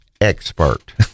expert